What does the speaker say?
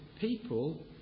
people